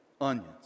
onions